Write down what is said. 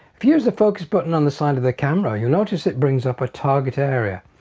if you use the focus button on the side of the camera you'll notice it brings up a target area.